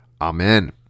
Amen